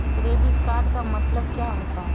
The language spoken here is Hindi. क्रेडिट का मतलब क्या होता है?